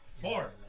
Four